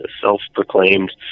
self-proclaimed